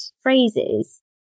phrases